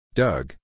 Doug